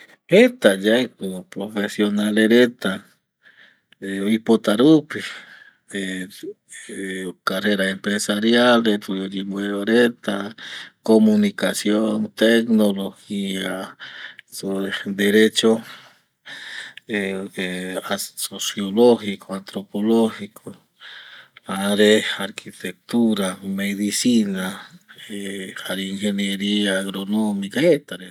Jeta yae ko profesionales reta oipota rupi carrera empresariales pe oyemboe va reta, comunicacion, tecnologia sobre derecho, sociologico, antropologico jare arquitectura, medicina jare ingenieria agronomica, jeta reta